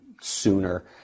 sooner